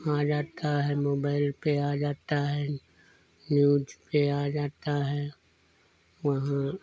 आ जाता है मोबाइल पर आ जाता है न्यूज पर आ जाता है वहाँ